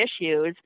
issues